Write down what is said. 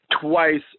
twice